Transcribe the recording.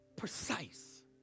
Precise